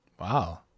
Wow